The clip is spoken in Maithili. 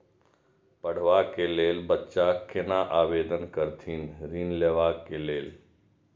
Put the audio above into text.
पढ़वा कै लैल बच्चा कैना आवेदन करथिन ऋण लेवा के लेल?